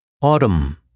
Autumn